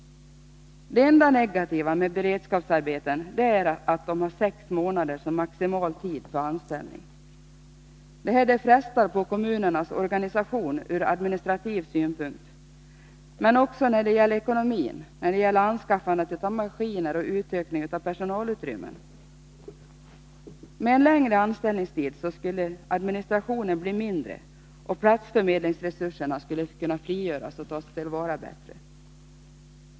Det enda negativa med beredskapsarbeten är att de har sex månader som maximal tid för anställning. Detta frestar på kommunernas organisation ur administrativ synpunkt, men också när det gäller ekonomin, anskaffandet av maskiner och utökning av personalutrymmen. Med längre anställningstid skulle administrationen bli mindre och platsförmedlingsresurser skulle frigöras och tas till vara bättre.